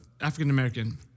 African-American